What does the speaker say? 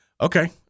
Okay